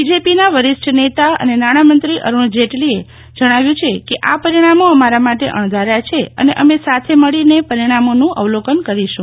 બીજેપીના વરિષ્ઠ નેતા અને નાણામંત્રી અરુણ જેટલી એ જણાવ્યું છે કે આ પરિણામો અમારા માટે અણધાર્યા છે અને અમે સાથે મળીને પરિણામોનું અવલોકન કરીશું